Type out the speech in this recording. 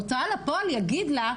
הוצאה לפועל יגיד לה,